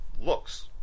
looks